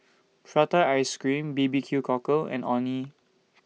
Prata Ice Cream B B Q Cockle and Orh Nee